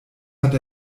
hat